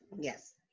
yes